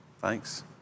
Thanks